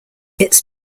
its